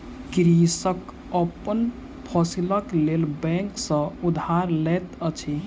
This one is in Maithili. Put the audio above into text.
कृषक अपन फसीलक लेल बैंक सॅ उधार लैत अछि